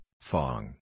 Fong